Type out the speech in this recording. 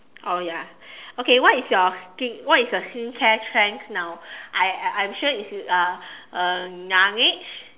oh ya okay what is your skin what is your skincare trend now I'm I'm I'm sure it's uh uh Laneige